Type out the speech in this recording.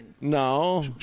No